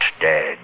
dead